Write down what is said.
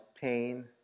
pain